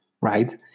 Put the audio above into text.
right